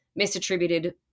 misattributed